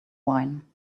wine